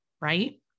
right